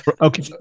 okay